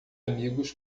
amigos